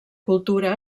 cultura